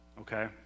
okay